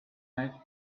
night